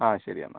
ആ ശരി എന്നാൽ